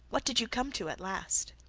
what did you come to at last?